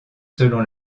selon